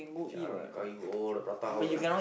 Jalan-Kayu all the prata house ah